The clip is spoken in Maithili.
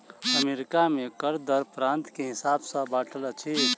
अमेरिका में कर दर प्रान्त के हिसाब सॅ बाँटल अछि